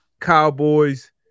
Cowboys